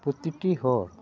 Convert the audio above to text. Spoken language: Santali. ᱯᱨᱚᱛᱤᱴᱤ ᱦᱚᱲ